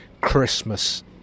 Christmas